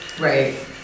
Right